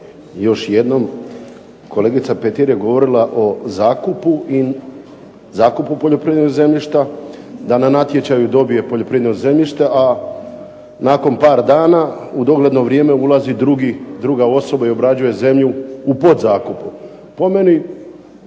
još jednom, kolegica Petir je govorila o zakupu poljoprivrednog zemljišta da na natječaju dobije poljoprivredno zemljište, a nakon par dana u dogledno vrijeme ulazi druga osoba i obrađuje zemlju u podzakupu.